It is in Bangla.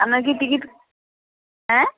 আপনার কি টিকিট অ্যাঁ